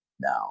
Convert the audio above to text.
Now